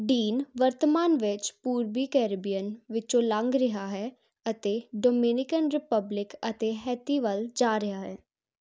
dean ਵਰਤਮਾਨ ਵਿੱਚ ਪੂਰਬੀ ਕੈਰੇਬੀਅਨ ਵਿੱਚੋਂ ਲੰਘ ਰਿਹਾ ਹੈ ਅਤੇ ਡੋਮਿਨਿਕਨ ਰੀਪਬਲਿਕ ਅਤੇ ਹੈਤੀ ਵੱਲ ਜਾ ਰਿਹਾ ਹੈ